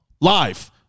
Live